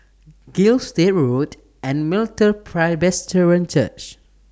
Gilstead Road and Presbyterian Church